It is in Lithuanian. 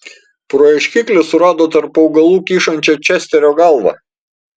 pro ieškiklį surado tarp augalų kyšančią česterio galvą